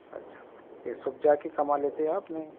اچھا یہ سب جا کے کما لیتے آپ نہیں